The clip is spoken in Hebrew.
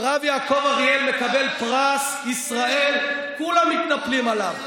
למה כשהרב יעקב אריאל מקבל פרס ישראל כולם מתנפלים עליו?